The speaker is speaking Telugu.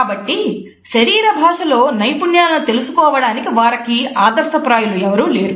కాబట్టి శరీర భాష లో నైపుణ్యాలను తెలుసుకోవడానికి వారికి ఆదర్శప్రాయులు ఎవరు లేరు